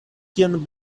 kiam